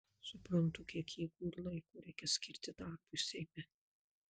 suprantu kiek jėgų ir laiko reikia skirti darbui seime